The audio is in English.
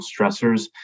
stressors